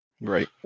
Right